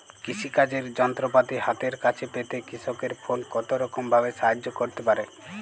কৃষিকাজের যন্ত্রপাতি হাতের কাছে পেতে কৃষকের ফোন কত রকম ভাবে সাহায্য করতে পারে?